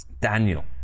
Daniel